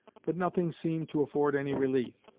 but nothing seemed to afford any relief.